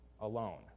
alone